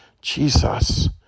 Jesus